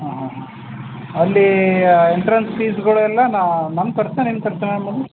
ಹಾಂ ಹಾಂ ಹಾಂ ಅಲ್ಲಿ ಎಂಟ್ರೆನ್ಸ್ ಫೀಸ್ಗಳೆಲ್ಲ ನಾ ನಮ್ಮ ಖರ್ಚಾ ನಿಮ್ಮ ಖರ್ಚಾ ಮ್ಯಾಮ್ ಅದು